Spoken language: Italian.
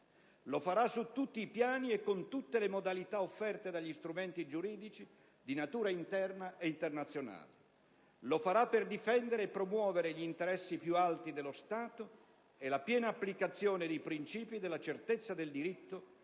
Lo farà su tutti i piani e con tutte le modalità offerte dagli strumenti giuridici, di natura interna ed internazionale. Lo farà per difendere e promuovere gli interessi più alti dello Stato e la piena applicazione dei principi della certezza del diritto